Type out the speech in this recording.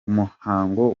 umuhango